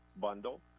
bundle